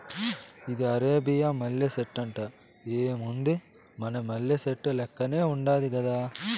ఇది అరేబియా మల్లె సెట్టంట, ఏముంది మన మల్లె సెట్టు లెక్కనే ఉండాది గదా